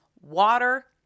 water